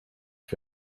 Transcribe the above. ich